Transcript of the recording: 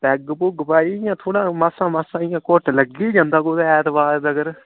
peg पुग भाई इयां थोह्ड़ा मास्सा मास्सा इयां घुट्ट लग्गी जंदा कुतै ऐतबार तगर